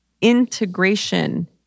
Integration